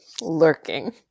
lurking